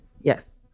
Yes